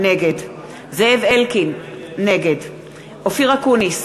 נגד זאב אלקין, נגד אופיר אקוניס,